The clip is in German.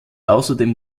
außerdem